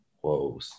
whoa